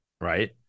right